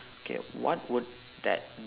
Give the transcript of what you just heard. okay what would that